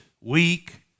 weak